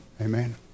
Amen